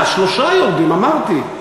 שלושה יורדים, אמרתי.